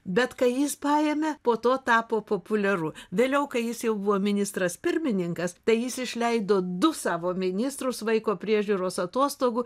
bet kai jis paėmė po to tapo populiaru vėliau kai jis jau buvo ministras pirmininkas tai jis išleido du savo ministrus vaiko priežiūros atostogų